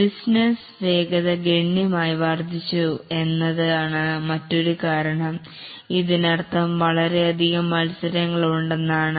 business വേഗത ഗണ്യമായി വർദ്ധിച്ചു എന്നതാണ് മറ്റൊരു കാരണം ഇതിനർത്ഥം വളരെയധികം മത്സരങ്ങൾ ഉണ്ടെന്നാണ്